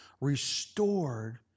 restored